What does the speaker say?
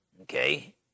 okay